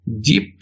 deep